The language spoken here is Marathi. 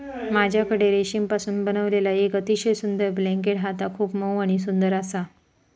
माझ्याकडे रेशीमपासून बनविलेला येक अतिशय सुंदर ब्लँकेट हा ता खूप मऊ आणि सुंदर आसा